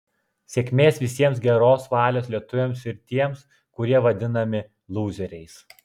sėkmės visiems geros valios lietuviams ir tiems kurie vadinami lūzeriais